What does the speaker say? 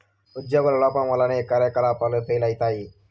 ఉజ్యోగుల లోపం వల్లనే ఈ కార్యకలాపాలు ఫెయిల్ అయితయి